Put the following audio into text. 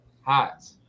Hot